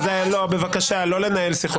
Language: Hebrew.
אז בבקשה לא לנהל שיחות צד.